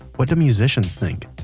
what do musicians think?